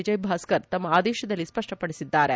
ವಿಜಯಭಾಸ್ಕರ್ ತಮ್ಮ ಆದೇತದಲ್ಲಿ ಸ್ಪಷ್ಟಪಡಿಸಿದ್ದಾರೆ